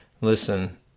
listen